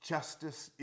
Justice